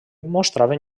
mostraven